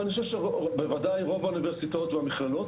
ובוודאי רוב האוניברסיטאות והמכללות,